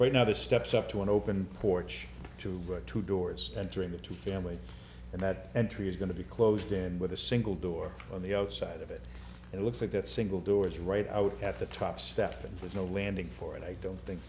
right now the steps up to an open porch to right two doors entering the two family and that entry is going to be closed down with a single door on the outside of it it looks like that single doors right out at the top step and there's no landing for it i don't think